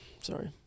Sorry